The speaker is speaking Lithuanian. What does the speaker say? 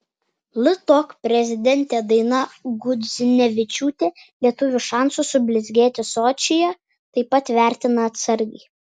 ltok prezidentė daina gudzinevičiūtė lietuvių šansus sublizgėti sočyje taip pat vertina atsargiai